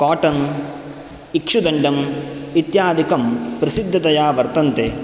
cotton इक्षुदण्डम् इत्यादिकं प्रसिद्धतया वर्तन्ते